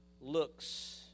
looks